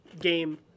game